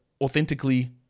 authentically